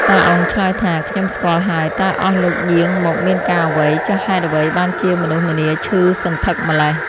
តា អ៊ុង ឆ្លើយថា "ខ្ញុំស្គាល់ហើយ តើអស់លោកយាងមកមានការអ្វី? ចុះហេតុអ្វីបានជាមនុស្សម្នាឈឺសន្ធឹកម្ល៉េះ?"